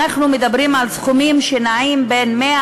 אנחנו מדברים על סכומים שנעים בין 100